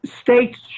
States